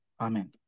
Amen